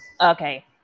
Okay